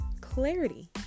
clarity